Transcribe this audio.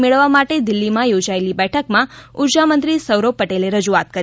મેળવવા માટે દિલ્લીમાં યોજાયેલી બેઠકમાં ઉર્જા મંત્રી સૌરભ પટેલે રજૂઆત કરી